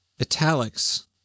italics